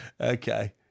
Okay